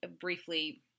briefly